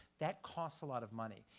that costs a lot of money.